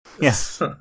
Yes